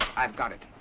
i've got it.